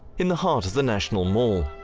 in the heart of the national mall,